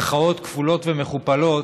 במירכאות כפולות ומכופלות,